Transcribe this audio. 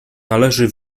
należy